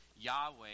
Yahweh